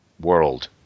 world